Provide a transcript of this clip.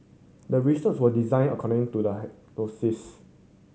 the research was designed according to the